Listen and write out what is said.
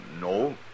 No